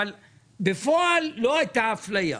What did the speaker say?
בפועל לא הייתה אפליה.